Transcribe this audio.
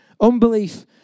Unbelief